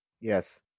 Yes